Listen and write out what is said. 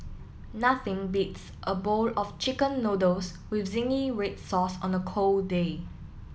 nothing beats a bowl of chicken noodles with zingy red sauce on a cold day